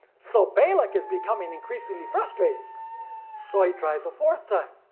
so balak is becoming increasingly frustrated so he tries a fourth time.